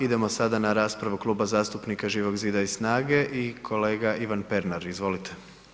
Idemo sada na raspravu Kluba zastupnika Živog zida i SNAGA-e i kolega Ivan Pernar, izvolite.